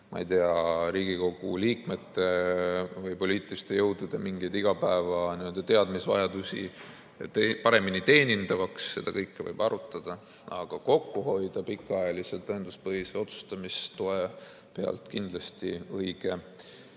ma ei tea, Riigikogu liikmete või poliitiliste jõudude mingeid igapäeva teadmistevajadusi paremini täitvaks. Seda kõike võib arutada. Aga kokku hoida pikaajalise tõenduspõhise otsustamistoe pealt kindlasti ei